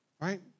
right